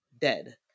dead